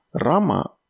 Rama